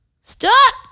Stop